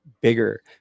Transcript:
bigger